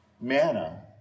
Manna